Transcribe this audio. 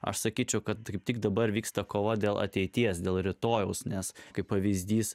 aš sakyčiau kad taip tik dabar vyksta kova dėl ateities dėl rytojaus nes kaip pavyzdys